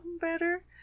better